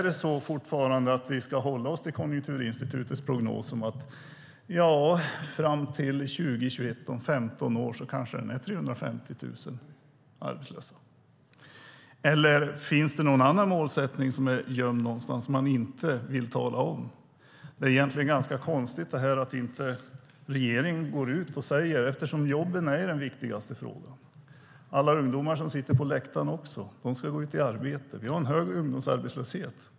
Ska vi fortfarande hålla oss till Konjunkturinstitutets prognos om att vi fram till 2021 har 350 000 arbetslösa? Eller finns det någon annan målsättning som är gömd någonstans och som man inte vill tala om? Det är egentligen ganska konstigt att inte regeringen går ut och säger någonting om detta. Jobben är ju den viktigaste frågan. Alla ungdomar som sitter här på läktaren ska också gå ut i arbete. Vi har en högre ungdomsarbetslöshet.